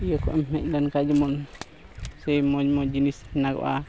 ᱤᱭᱟᱹ ᱠᱚ ᱮᱢ ᱦᱮᱡ ᱞᱮᱱᱠᱷᱟᱡ ᱡᱮᱢᱚᱱ ᱥᱮ ᱢᱚᱡᱽ ᱢᱚᱡᱽ ᱡᱤᱱᱤᱥ ᱦᱮᱱᱟᱜᱚᱜᱼᱟ